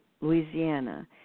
Louisiana